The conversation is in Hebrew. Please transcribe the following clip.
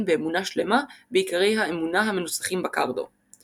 באמונה שלמה בעיקרי האמונה המנוסחים בקרדו.